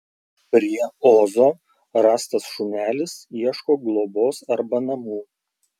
prie ozo rastas šunelis ieško globos arba namų